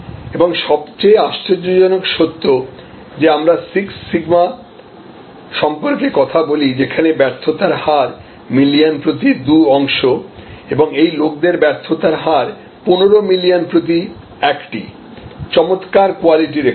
এবং সবচেয়ে আশ্চর্যজনক সত্য যে আমরা সিক্স সিগমা সম্পর্কে কথা বলি যেখানে ব্যর্থতার হার মিলিয়ন প্রতি দুটি অংশ এবং এই লোকদের ব্যর্থতার হার পনেরো মিলিয়ন প্রতি একটি চমত্কার কোয়ালিটি রেকর্ড